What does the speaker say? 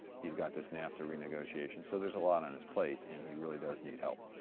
he's got this nafta renegotiation so there's a lot on his plate and he really does need help.